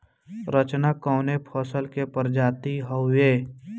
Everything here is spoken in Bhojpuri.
रचना कवने फसल के प्रजाति हयुए?